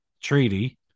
treaty